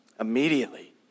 Immediately